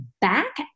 back